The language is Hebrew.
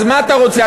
אז מה אתה רוצה?